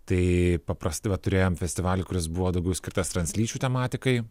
tai paprasti vat turėjom festivalį kuris buvo daugiau skirtas translyčių tematikai